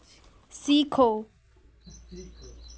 सीखो